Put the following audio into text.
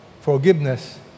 forgiveness